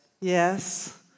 Yes